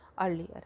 earlier